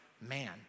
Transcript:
man